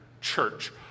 church